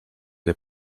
che